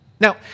Now